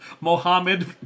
Mohammed